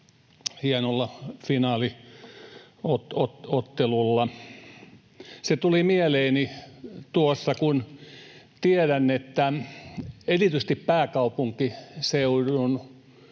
hienolla finaaliottelulla. Se tuli mieleeni tuossa, kun tiedän, että erityisesti pääkaupunkiseudun